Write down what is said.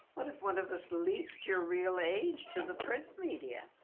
what if one of us leaked your real age to the print media?